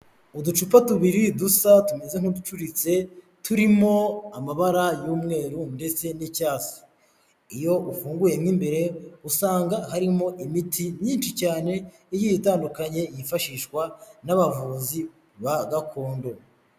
Uducupa tubiri dusa tumeze nk'uducuritse turimo amabara y'umweru ndetse n'icyatsi, iyo ufunguye mo imbere usanga harimo imiti myinshi cyane igiye itandukanye yifashishwa n'abavuzi ba gakondo.